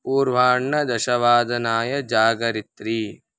पूर्वाह्नदशवादनाय जागरित्री